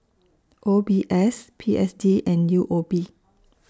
O B S P S D and U O B